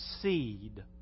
seed